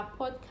podcast